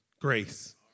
grace